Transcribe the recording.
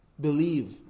Believe